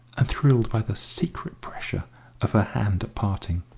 and thrilled by the secret pressure of her hand at parting.